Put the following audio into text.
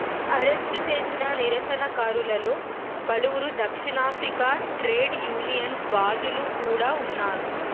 arrest చేసిన నిరసనకారులలో పలువురు దక్షిణాఫ్రికా ట్రేడ్ యూనియన్ వాదులు కూడా ఉన్నారు